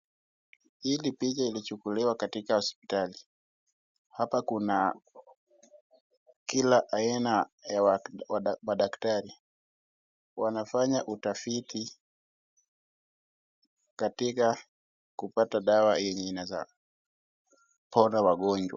Hii ni picha ilichukuliwa katika hospitali. Hapa kuna kila akina ya madaktari wanafanya utafiti katika kupata dawa inaweza ponya wagonjwa.